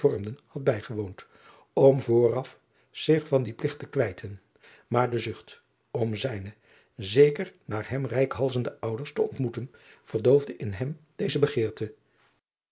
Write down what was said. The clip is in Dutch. had bijgewoond om vooraf zich van dien pligt te kwijten maar de zucht om zijne zeker naar hem reikhalzende ouders te ontmoeten verdoofde in hem deze begeerte